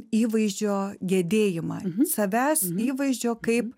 įvaizdžio gedėjimą savęs įvaizdžio kaip